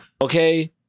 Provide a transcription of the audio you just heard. Okay